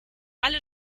alle